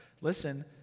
listen